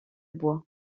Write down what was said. bois